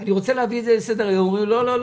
אני רוצה להביא את זה לסדר-היום ואומרים לי: לא,